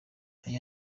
aya